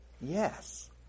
Yes